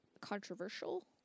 controversial